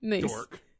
Dork